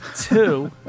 two